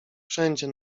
wszędzie